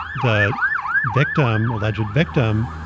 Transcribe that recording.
the victim, alleged victim,